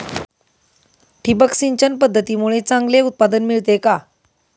ठिबक सिंचन पद्धतीमुळे चांगले उत्पादन मिळते का?